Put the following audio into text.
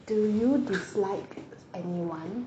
do you dislike anyone